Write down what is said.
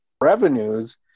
revenues